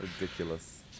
Ridiculous